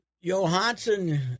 Johansson